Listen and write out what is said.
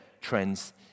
trends